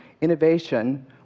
innovation